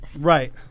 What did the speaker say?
Right